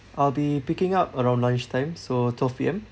I'll be picking up around lunchtime so twelve P_M